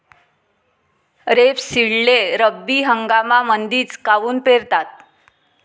रेपसीडले रब्बी हंगामामंदीच काऊन पेरतात?